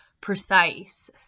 precise